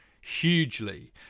hugely